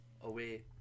away